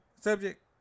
subject